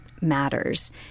matters